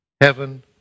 heaven